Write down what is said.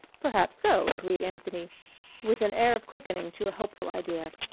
perhaps so, agreed anthony with an air of quickening to a hopeful idea.